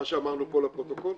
מה שאמרנו פה לפרוטוקול?